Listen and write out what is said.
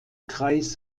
kreis